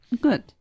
Good